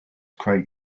craig